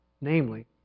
namely